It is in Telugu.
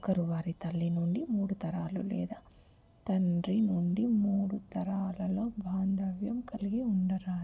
ఒకరు వారి తల్లి నుండి మూడు తరాలు లేదా తండ్రి నుండి మూడు తరాలలో బాంధవ్యం కలిగి ఉండరాదు